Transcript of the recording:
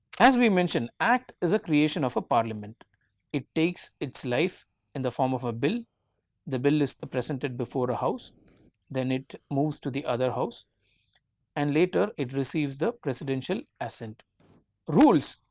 as we mentioned act is a creation of a parliament takes its life in the form of a bill the bill is presented before a house then it moves to the other house and later it receives the presidential assent rules